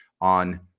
on